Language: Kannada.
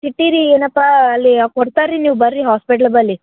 ಚೀಟ್ಟಿ ರಿ ಏನಪ್ಪ ಅಲ್ಲಿ ಕೊಡ್ತಾರೆ ರೀ ನೀವು ಬರ್ರೀ ಹಾಸ್ಪಿಟ್ಲ್ ಬಳಿ